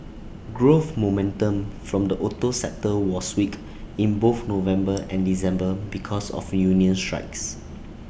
growth momentum from the auto sector was weak in both November and December because of union strikes